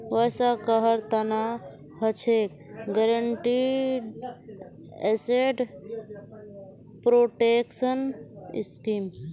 वैसा कहार तना हछेक गारंटीड एसेट प्रोटेक्शन स्कीम